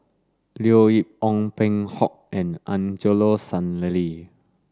Leo Yip Ong Peng Hock and Angelo Sanelli